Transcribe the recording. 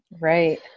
Right